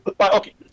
Okay